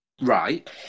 Right